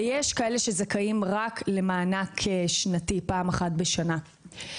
ויש כאלה שזכאים רק למענק שנתי, פעם בשנה.